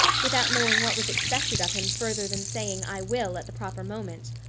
without knowing what was expected of him further than saying i will, at the proper moment,